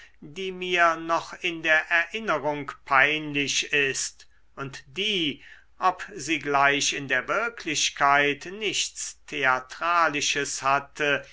die mir noch in der erinnerung peinlich ist und die ob sie gleich in der wirklichkeit nichts theatralisches hatte